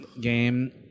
game